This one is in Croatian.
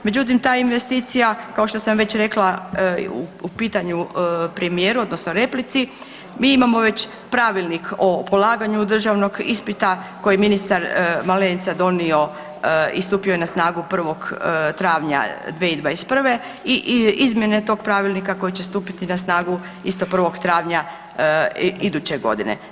Međutim, ta investicija kao što sam već rekla u pitanju premijeru, odnosno replici mi imamo već Pravilnik o polaganju državnog ispita kojeg je ministar Malenica donio i stupio je na snagu 1. travnja 2021. i izmjene tog pravilnika koji će stupiti na snagu isto 1. travnja iduće godine.